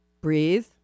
breathe